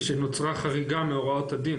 שנוצרה חריגה מהוראות הדין.